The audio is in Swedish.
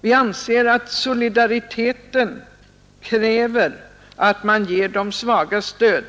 Vi anser att solidariteten kräver att man ger de svaga stöd.